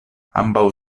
ambaŭ